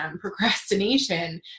procrastination